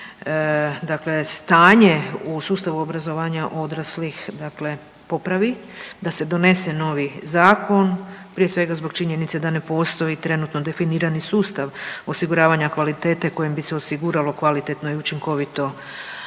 ovo stanje u sustavu obrazovanja odraslih popravi, da se donese novi zakon, prije svega zbog činjenice da ne postoji trenutno definirani sustav osiguravanja kvalitete kojim bi se osiguralo kvalitetno i učinkovito